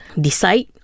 decide